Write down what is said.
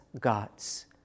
gods